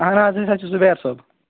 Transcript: اہن حظ أس حظ چِھ زُبیر صٲب